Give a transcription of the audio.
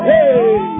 Hey